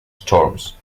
storms